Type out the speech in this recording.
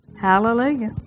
Hallelujah